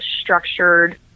structured